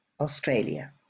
australia